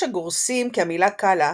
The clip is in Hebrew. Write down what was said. יש הגורסים כי המילה "קאלה"